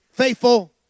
Faithful